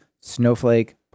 Snowflake